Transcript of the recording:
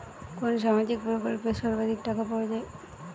কোন সামাজিক প্রকল্পে সর্বাধিক টাকা পাওয়া য়ায়?